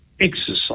exercise